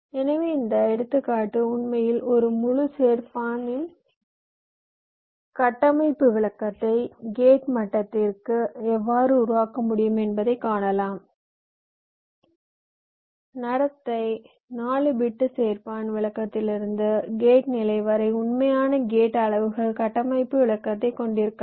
எனவே இந்த எடுத்துக்காட்டு உண்மையில் ஒரு முழு சேர்ப்பான் இன் கட்டமைப்பு விளக்கத்தை கேட் மட்டத்திற்கு எவ்வாறு உருவாக்க முடியும் என்பதைக் காணலாம் நடத்தை 4 பிட் சேர்ப்பான் விளக்கத்திலிருந்து கேட் நிலை வரை உண்மையான கேட் அளவுகள் கட்டமைப்பு விளக்கத்தைக் கொண்டிருக்கலாம்